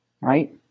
Right